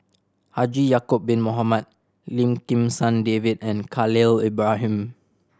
Haji Ya'acob Bin Mohamed Lim Kim San David and Khalil Ibrahim